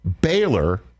Baylor